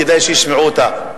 כדאי שישמעו אותה.